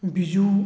Biju